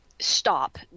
Stop